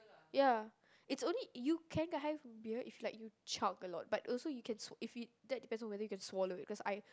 ya it's only you can get high from beer if you like you chug a lot but also you can swal~ if you that depends you can swallow it because I